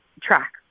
track